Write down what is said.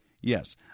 Yes